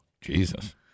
Jesus